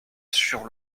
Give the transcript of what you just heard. sur